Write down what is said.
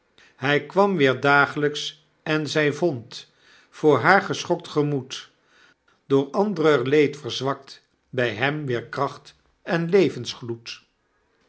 hy kwam weer daaglyks en zy vond voor haar geschokt gemoed door andrer leed verzwakt by hem weer kracht en